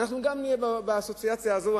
גם אנחנו נהיה בסיטואציה הזאת.